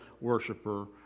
worshiper